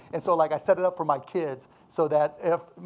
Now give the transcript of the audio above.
and so like i set it up for my kids so that if,